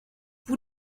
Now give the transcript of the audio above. vous